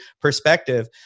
perspective